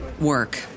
work